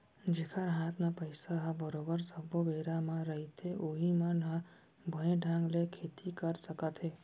जेखर हात म पइसा ह बरोबर सब्बो बेरा म रहिथे उहीं मन ह बने ढंग ले खेती कर सकत हे